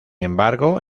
embargo